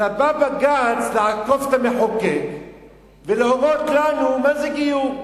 אלא בא בג"ץ לעקוף את המחוקק ולהורות לנו מה זה גיור.